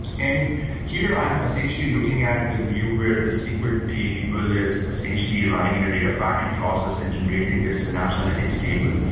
and here i'm essentially looking at the view where the sql table is essentially running in a data factory process and generating this synapse analytics table,